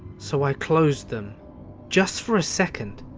so i closed them just for a second.